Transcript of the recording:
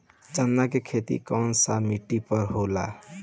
चन्ना के खेती कौन सा मिट्टी पर होला?